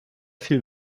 viel